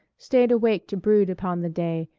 stayed awake to brood upon the day,